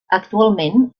actualment